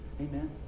Amen